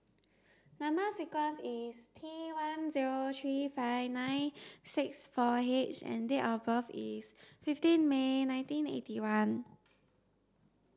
number sequence is T one zero three five nine six four H and date of birth is fifteen May nineteen eighty one